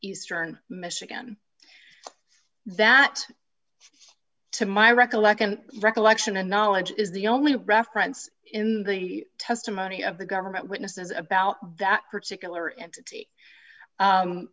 eastern michigan that to my recollection recollection and knowledge is the only reference in the testimony of the government witnesses about that particular entity